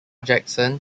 jackson